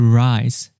rise